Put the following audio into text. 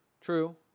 True